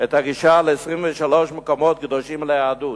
את הגישה ל-23 מקומות קדושים ליהדות.